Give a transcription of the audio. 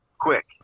quick